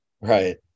Right